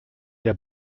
der